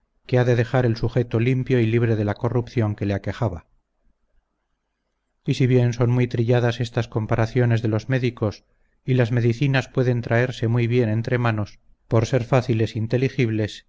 que ha de dejar el sujeto limpio y libre de la corrupción que le aquejaba y si bien son muy trilladas estas comparaciones de los médicos y las medicinas pueden traerse muy bien entre manos por ser fáciles inteligibles